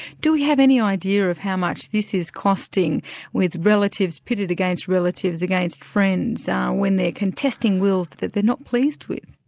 do we have any idea of how much this is costing with relatives pitted against relatives against friends when they're contesting wills that they're not pleased with?